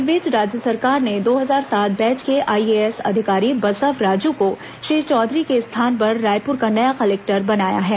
इस बीच राज्य सरकार ने दो हजार सात बैच के आईएएस अधिकारी बसव राजू को श्री चौधरी के स्थान पर रायपुर का नया कलेक्टर बनाया है